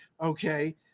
okay